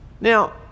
Now